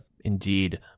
Indeed